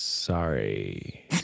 Sorry